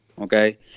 Okay